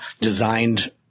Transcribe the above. designed